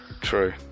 True